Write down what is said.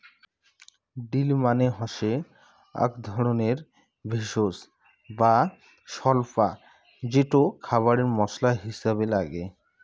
deal মানে হসে আক ধরণের ভেষজ বা স্বল্পা যেটো খাবারে মশলা হিছাবে নাগে